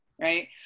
right